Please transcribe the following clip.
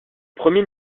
premier